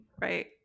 right